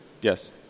yes